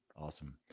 awesome